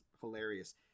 hilarious